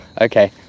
okay